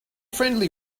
friendly